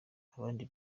abandi